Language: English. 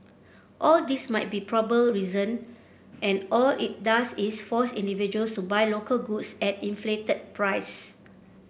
all these might be reason and all it does is force individuals to buy local goods at inflated price